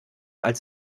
als